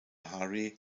hari